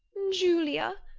julia,